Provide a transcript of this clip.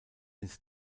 ins